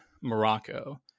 Morocco